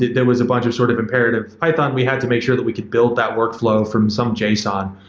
there was a bunch of sort of imperative python. we had to make sure that we could build that workflow from some json.